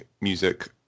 music